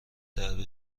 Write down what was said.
درب